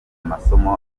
amasomo